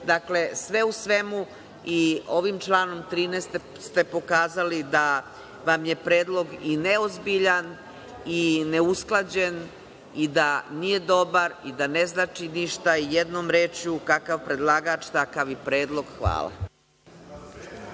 dakle sve u svemu i ovim članom 13. ste pokazali da vam je predlog neozbiljan i neusklađen i da nije dobar i da ne znači ništa, i jednom rečju – kakav predlagač takav predlog. Hvala.